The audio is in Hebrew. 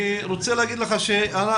אני רוצה להגיד לך שאתה,